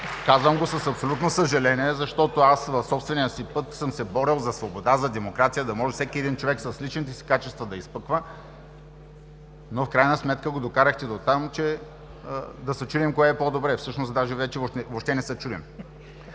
казвам го с абсолютно съжаление, защото аз в собствения си път съм се борил за свобода, за демокрация, да може всеки един човек да изпъква с личните си качества. Но в крайна сметка го докарахте дотам, че да се чудим кое е по-добре, а всъщност даже вече въобще не се чудим.